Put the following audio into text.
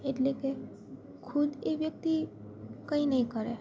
એટલે કે ખુદ એ વ્યક્તિ કંઈ નહીં કરે